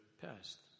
past